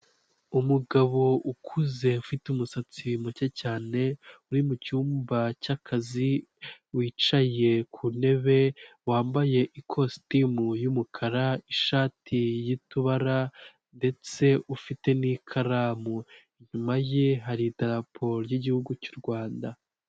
Umugabo ukuze ufite umusatsi muke cyane, uri mucyumba cy'akazi wicaye ku ntebe; wambaye ikositimu y'umukara, ishati y'utubara, ndetse ufite n'ikaramu. Inyuma ye hari idaraporo ry'igihugu cyu Rwanda.